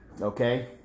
Okay